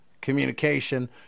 communication